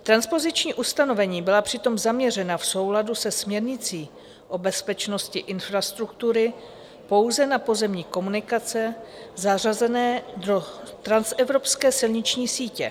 Transpoziční ustanovení byla přitom zaměřena v souladu se směrnicí o bezpečnosti infrastruktury pouze na pozemní komunikace zařazené do transevropské silniční sítě.